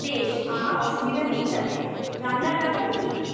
বেশ আমার অসুবিধা নেই তাতে রান্নার ব্যাপারে কি